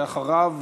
אחריו,